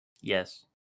Yes